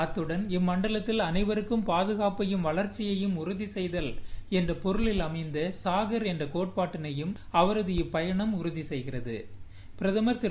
அத்தடன் இம்மண்டலத்தில் அனைவருக்கும் பாதுகாப்பையும் வளர்ச்சியையும் உறுதி செய்தல் என்ற பொருளில் அமைந்த சாஹர் என்ற கோட்பாட்டினையும் அவரது பயணம் உறுதி செய்கிறது பிரதமர் திரு